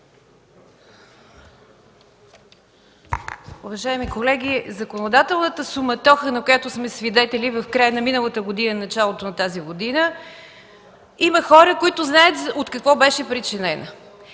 Уважаеми колеги, законодателната суматоха, на която сме свидетели в края на миналата година и началото на тази година, има хора, които знаят от какво беше причинена.